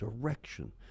direction